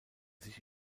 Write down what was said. sich